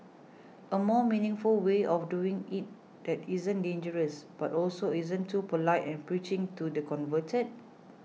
a more meaningful way of doing it that isn't dangerous but also isn't too polite and preaching to the converted